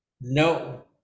No